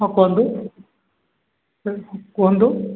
ହଁ କୁହନ୍ତୁ କୁହନ୍ତୁ